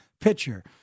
pitcher